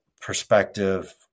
perspective